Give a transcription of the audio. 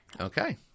okay